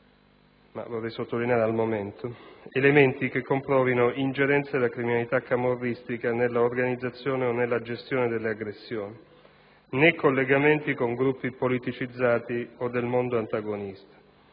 ma vorrei sottolineare al momento - elementi che comprovino ingerenze della criminalità camorristica nell'organizzazione o nella gestione delle aggressioni, né collegamenti con gruppi politicizzati o del mondo antagonista;